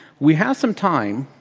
we have some time.